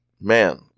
man